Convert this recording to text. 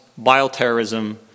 bioterrorism